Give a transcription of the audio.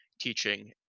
teaching